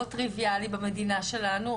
לא טריוויאלי במדינה שלנו,